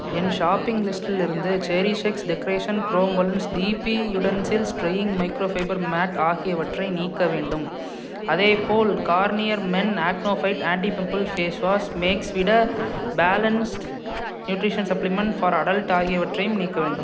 என் shopping லிஸ்ட்டிலிருந்து cherish X decoration chrome balloons DP utensils drying microfiber mat ஆகியவற்றை நீக்க வேண்டும் அதேபோல் Garnier men acno fight anti pimple face wash மேக்ஸ்வீட balanced nutrition supplement for adult ஆகியவற்றையும் நீக்கவும்